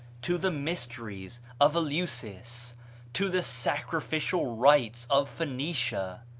to the mysteries of eleusis to the sacrificial rites of phoenicia.